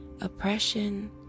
oppression